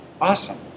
Awesome